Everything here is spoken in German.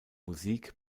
musik